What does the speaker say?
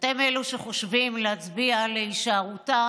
אתם אלה שחושבים להצביע על הישארותה